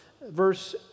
verse